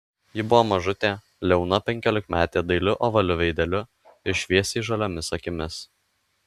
ji buvo mažutė liauna penkiolikmetė dailiu ovaliu veideliu ir šviesiai žaliomis akimis